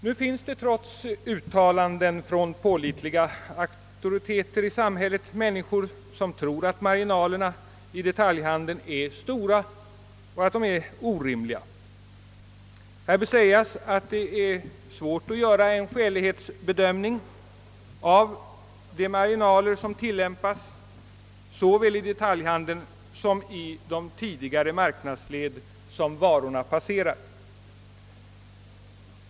Nu finns det trots uttalanden från pålitliga auktoriteter i samhället människor som tror att marginalerna i detaljhandeln är stora och att de är orimliga. Här bör sägas att det är svårt att göra en skälighetsbedömning av de marginaler som tillämpas både i detaljhandeln och i de tidigare marknadsled som varorna passerar.